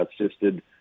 assisted